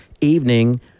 Evening